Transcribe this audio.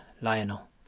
Lionel